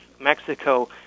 Mexico